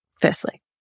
Firstly